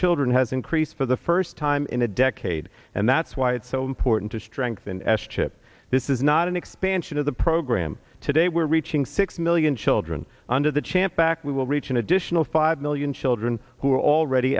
children has increased for the first time in a decade and that's why it's so important to strengthen s chip this is not an expansion of the program today we're reaching six million children under the chance back we will reach an additional five million children who are already